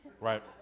right